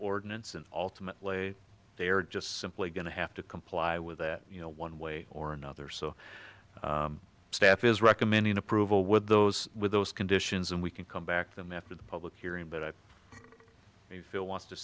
ordinance and ultimately they are just simply going to have to comply with that you know one way or another so staff is recommending approval with those with those conditions and we can come back to them after the public hearing but i feel wants to